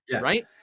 right